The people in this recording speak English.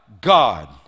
God